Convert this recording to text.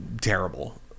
terrible